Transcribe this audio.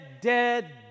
dead